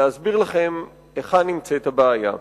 להסביר לכם היכן הבעיה.